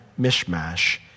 Mishmash